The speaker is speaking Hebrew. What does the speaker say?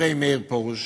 דברי מאיר פרוש